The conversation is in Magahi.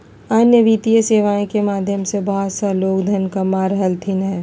अन्य वित्तीय सेवाएं के माध्यम से बहुत सा लोग धन कमा रहलथिन हें